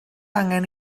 angen